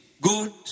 good